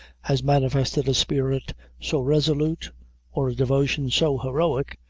has manifested a spirit so resolute or a devotion so heroic,